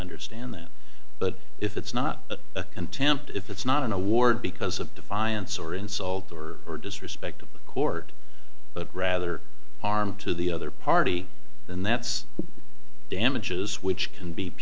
understand that but if it's not contempt if it's not an award because of defiance or insult or or disrespect of the court but rather harm to the other party then that's damages which can be